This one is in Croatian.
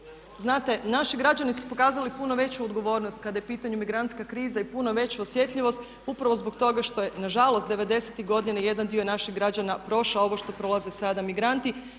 znate naši građani su pokazali puno veću odgovornost kada je u pitanju migrantska kriza i puno veću osjetljivost upravo zbog toga što je nažalost '90-ih godina jedan dio naših građana prošao ovo što prolaze sada migranti,